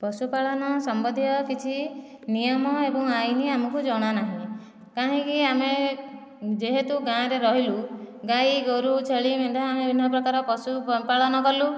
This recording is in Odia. ପଶୁପାଳନ ସମ୍ବନ୍ଧୀୟ କିଛି ନିୟମ ଏବଂ ଆଇନି ଆମକୁ ଜଣା ନାହିଁ କାହିଁକି ଆମେ ଯେହେତୁ ଗାଁରେ ରହିଲୁ ଗାଈ ଗୋରୁ ଛେଳି ମେଣ୍ଢା ଆମେ ବିଭିନ୍ନ ପ୍ରକାର ପଶୁପପାଳନ କଲୁ